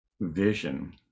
vision